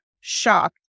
shocked